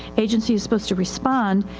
agency is supposed to respond,